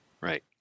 Right